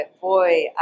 boy